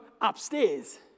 upstairs